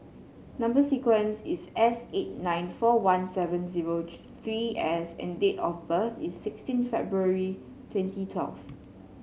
number sequence is S eight nine four one seven zero three S and date of birth is sixteen February twenty twelve